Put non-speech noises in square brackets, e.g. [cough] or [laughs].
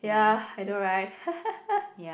ya I know right [laughs]